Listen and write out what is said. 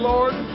Lord